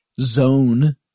zone